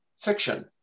fiction